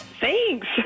Thanks